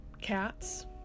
cats